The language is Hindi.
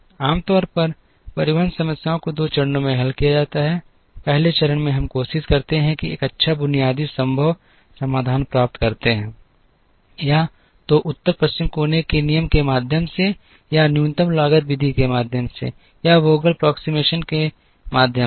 आमतौर पर परिवहन समस्याओं को दो चरणों में हल किया जाता है पहले चरण में हम कोशिश करते हैं और एक अच्छा बुनियादी संभव समाधान प्राप्त करते हैं या तो उत्तर पश्चिम कोने के नियम के माध्यम से या न्यूनतम लागत विधि के माध्यम से या वोगेल के सन्निकटन विधि के माध्यम से